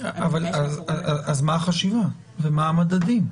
--- אז מה החשיבה ומה המדדים?